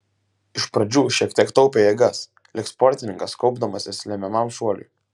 iš pradžių šiek tiek taupė jėgas lyg sportininkas kaupdamasis lemiamam šuoliui